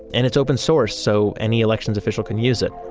and it's open-source, so any elections official can use it.